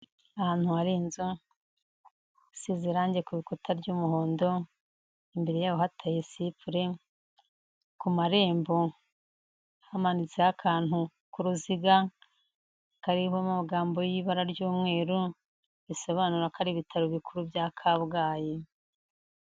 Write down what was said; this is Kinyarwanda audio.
Ahantu hari inzu isize irangi ku nkuta ry'umuhondo, imbere yaho hateye sipure, ku marembo hamanitseho akantu k'uruziga kariho amagambo y'ibara ry'umweru risobanura ko ari ibitaro bikuru bya Kabgayi.